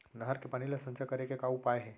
नहर के पानी ला संचय करे के का उपाय हे?